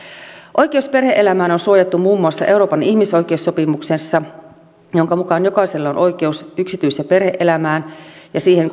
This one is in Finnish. oikeus perhe elämään on suojattu muun muassa euroopan ihmisoikeussopimuksessa jonka mukaan jokaisella on oikeus yksityis ja perhe elämään ja siihen